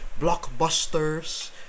blockbusters